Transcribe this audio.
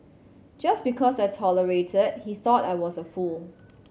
just because I tolerated he thought I was a fool